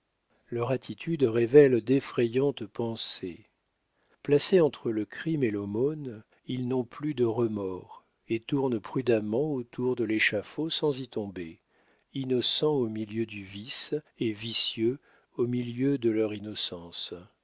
leur attitude révèle d'effrayantes pensées placés entre le crime et l'aumône ils n'ont plus de remords et tournent prudemment autour de l'échafaud sans y tomber innocents au milieu du vice et vicieux au milieu de leur innocence